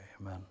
amen